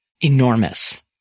enormous